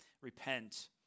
repent